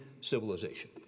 civilization